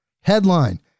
headline